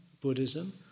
Buddhism